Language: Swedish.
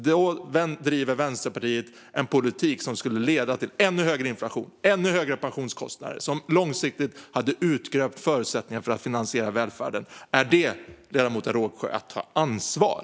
Då driver Vänsterpartiet en politik som skulle leda till ännu högre inflation och ännu högre pensionskostnader och långsiktigt skulle urgröpa förutsättningarna för att finansiera välfärden. Är detta, ledamoten Rågsjö, att ta ansvar?